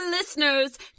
Listeners